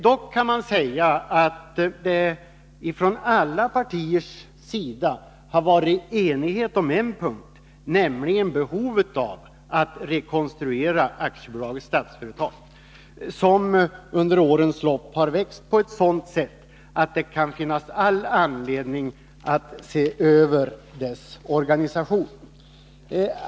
Dock kan man säga att det från alla partiers sida rått enighet på en punkt, nämligen om behovet av att rekonstruera Statsföretag AB, som under årens lopp har växt på ett sådant sätt att det kan finnas all anledning att se över dess organisation.